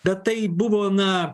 bet tai buvo na